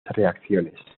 reacciones